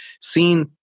seen